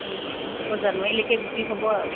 আকৌ জানোৱাৰীলৈকে বিক্ৰী হ'ব আৰু